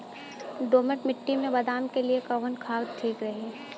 दोमट मिट्टी मे बादाम के लिए कवन खाद ठीक रही?